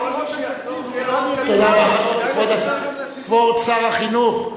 תהיה לכם עוד קדנציה, כבוד שר החינוך.